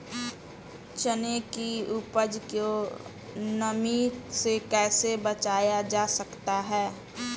चने की उपज को नमी से कैसे बचाया जा सकता है?